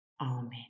Amen